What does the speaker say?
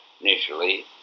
initially